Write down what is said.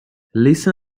listen